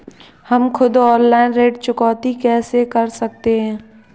हम खुद ऑनलाइन ऋण चुकौती कैसे कर सकते हैं?